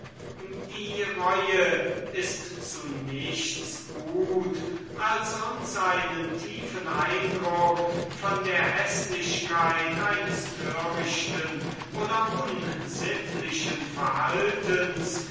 die reue ist zu nichts gut als uns einen tiefen eindruck von der häßlichkeit eines törichten oder unsittlichen verhaltens